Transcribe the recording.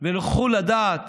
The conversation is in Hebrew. ונוכחו לדעת